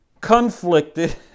conflicted